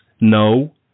No